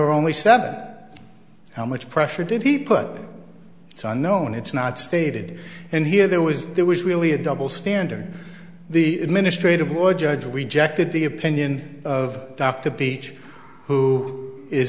are only seven how much pressure did he put the unknown it's not stated and here there was there was really a double standard the administrative law judge rejected the opinion of dr beach who